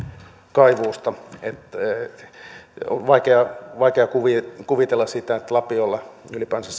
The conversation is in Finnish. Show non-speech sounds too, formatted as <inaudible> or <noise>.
kaivuusta on vaikea kuvitella <unintelligible> kuvitella sitä että lapiolla ylipäänsä <unintelligible>